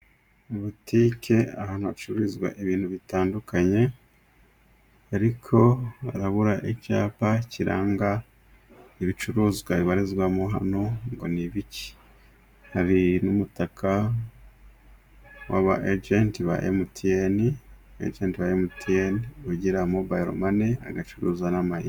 Butike ahantu hacururizwa ibintu bitandukanye, ariko harabura icyapa kiranga ibicuruzwa bibarizwamo hano ngo ni ibiki. Hari n'umutaka w'aba ajenti ba MTN, umuyejenti wa MTN, ugira mobayilo mani agacuruza n'amayinite.